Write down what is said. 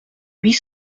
huit